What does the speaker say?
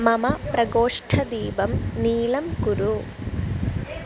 मम प्रकोष्ठदीपं नीलं कुरु